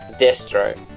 Destro